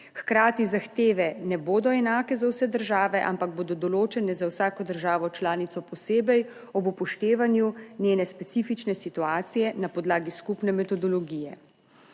Hkrati zahteve ne bodo enake za vse države, ampak bodo določene za vsako državo članico posebej ob upoštevanju njene specifične situacije na podlagi skupne metodologije.